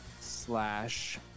slash